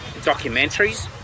documentaries